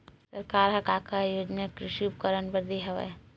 सरकार ह का का योजना कृषि उपकरण बर दे हवय?